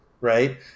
right